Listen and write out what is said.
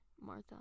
Martha